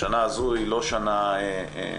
השנהה זו היא לא שנה רגילה,